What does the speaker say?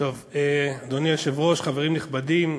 אדוני היושב-ראש, חברים נכבדים,